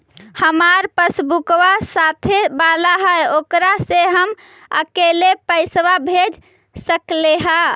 हमार पासबुकवा साथे वाला है ओकरा से हम अकेले पैसावा भेज सकलेहा?